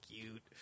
cute